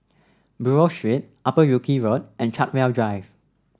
Buroh Street Upper Wilkie Road and Chartwell Drive